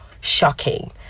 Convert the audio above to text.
shocking